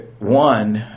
One